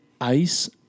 ice